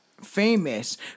famous